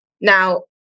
Now